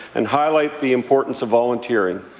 and highlight the importance of volunteering.